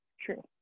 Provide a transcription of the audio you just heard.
true